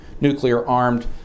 nuclear-armed